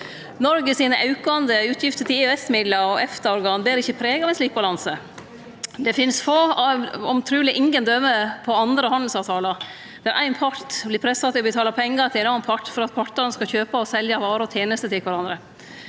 Noreg sine aukande utgifter til EØS-midlar og EFTA-organ ber ikkje preg av ein slik balanse. Det finst få – truleg ingen – døme på andre handelsavtalar der ein part vert pressa til å betale pengar til ein annan part for at partane skal kjøpe og selje varer og tenester til kvarandre.